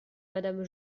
madame